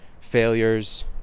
failures